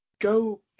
go